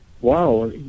Wow